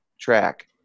track